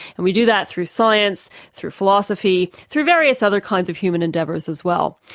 and we do that through science, through philosophy, through various other kinds of human endeavours as well.